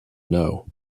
know